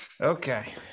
Okay